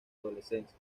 adolescencia